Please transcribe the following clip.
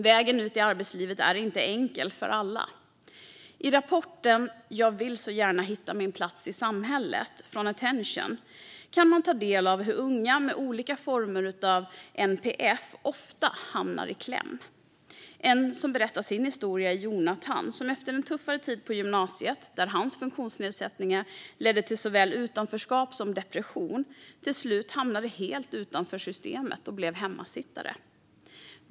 Vägen ut i arbetslivet är inte enkel för alla. I rapporten Jag vill så gärna hitta min plats i samhället från Attention kan man ta del av hur unga med olika former av NPF ofta hamnar i kläm. En som berättar sin historia är Jonathan, som efter en tuffare tid på gymnasiet där hans funktionsnedsättningar ledde till såväl utanförskap som depression till slut hamnade helt utanför systemet och blev hemmasittare.